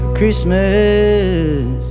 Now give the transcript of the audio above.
Christmas